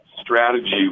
strategy